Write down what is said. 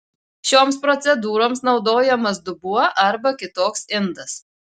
šioms procedūroms naudojamas dubuo arba kitoks indas